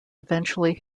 eventually